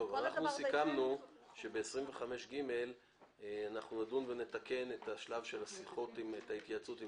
סיכמנו שבסעיף 25ג אנחנו נדון ונתקן את השלב של ההתייעצות עם